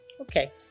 Okay